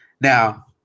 Now